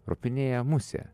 ropinėja musė